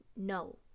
no